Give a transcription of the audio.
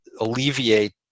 alleviate